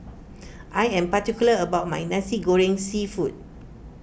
I am particular about my Nasi Goreng Seafood